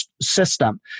system